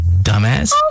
dumbass